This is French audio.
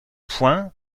points